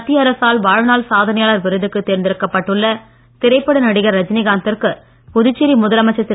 மத்திய அரசால் வாழ்நாள் சாதனையாளர் விருதுக்கு தேர்ந்தெடுக்கப்பட்டுள்ள திரைப்பட நடிகர் ரஜினிகாந்திற்கு புதுச்சேரி முதலமைச்சர் திரு